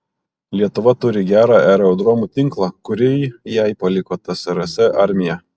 lietuva turi gerą aerodromų tinklą kurį jai paliko tsrs armija